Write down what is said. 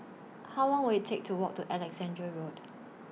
How Long Will IT Take to Walk to Alexandra Road